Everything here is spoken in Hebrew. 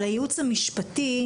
אבל הייעוץ המשפטי,